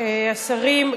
השרים,